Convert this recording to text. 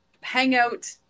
hangout